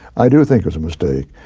i do think it was a mistake.